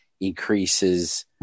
increases